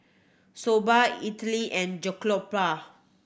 Soba Idili and Jokbal